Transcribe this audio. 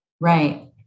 Right